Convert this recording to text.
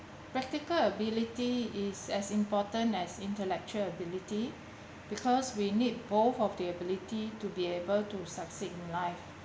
practical ability is as important as intellectual ability because we need both of the ability to be able to succeed in life